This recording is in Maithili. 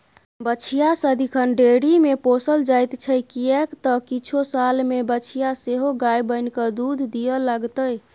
बछिया सदिखन डेयरीमे पोसल जाइत छै किएक तँ किछु सालमे बछिया सेहो गाय बनिकए दूध दिअ लागतै